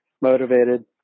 motivated